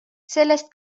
sellest